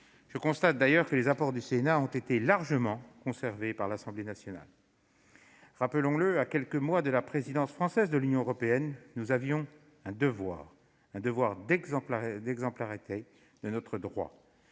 Je constate d'ailleurs que les apports du Sénat ont été largement conservés par nos collègues députés. Rappelons-le, à quelques mois de la présidence française de l'Union européenne, nous avions un devoir d'exemplarité en ce qui